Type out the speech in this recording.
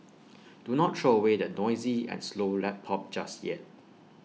do not throw away that noisy and slow lap pop just yet